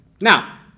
Now